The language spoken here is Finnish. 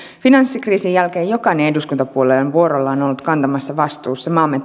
finanssikriisin jälkeen jokainen eduskuntapuolue on vuorollaan ollut kantamassa vastuuta maamme